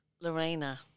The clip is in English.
Lorena